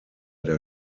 der